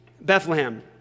Bethlehem